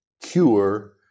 cure